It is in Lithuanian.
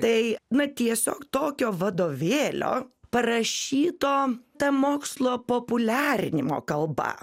tai na tiesiog tokio vadovėlio parašyto ta mokslo populiarinimo kalba